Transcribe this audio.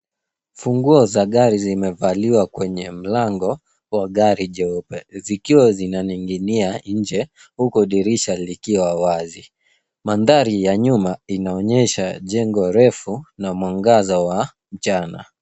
Funguo za gari zimevaliwa kwenye mlango wa gari jeupe zikiwa zinaning'inia nje huku dirisha likiwa wazi. Mandhari ya nyuma inaonyesha jengo refu na mwangaza wa mchana.